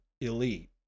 elite